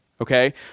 okay